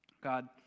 God